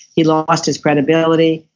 he lost his credibility,